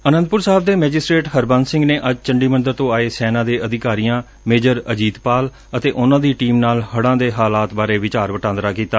ਆਨੰਦਪੁਰ ਸਾਹਿਬ ਦੇ ਮੈਜਿਸਟਰੇਟ ਹਰਬੰਸ ਸਿੰਘ ਨੇ ਅੱਜ ਚੰਡੀਮੰਦਰ ਤੋਂ ਆਏ ਸੈਨਾ ਦੇ ਅਧਿਕਾਰੀਆਂ ਮੇਜਰ ਅਜੀਤਪਾਲ ਅਤੇ ਉਨੂਾਂ ਦੀ ਟੀਮ ਨਾਲ ਹੜ੍ਹਾਂ ਦੇ ਹਾਲਾਤ ਬਾਰੇ ਵਿਚਾਰ ਵਟਾਂਦਰਾ ਕੀਤਾ